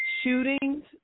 shootings